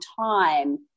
time